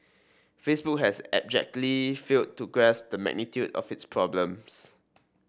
facebook has abjectly failed to grasp the magnitude of its problems